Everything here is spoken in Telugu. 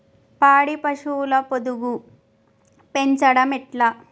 పాడి పశువుల పొదుగు పెంచడం ఎట్లా?